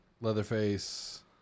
Leatherface